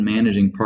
Managing